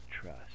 trust